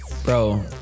Bro